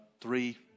three